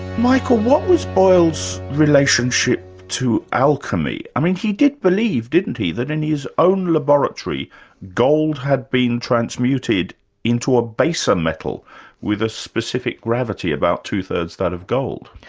michael, what was boyle's relationship to alchemy? i mean, he did believe, didn't he, that in his own laboratory gold had been transmuted into a baser metal with a specific gravity about two-thirds that of gold?